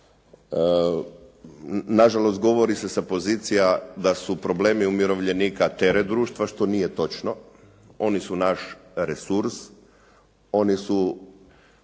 na žalost govori se sa pozicija da su problemi umirovljenika teret društva, što nije točno. Oni su naš resurs, oni su